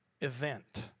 event